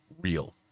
real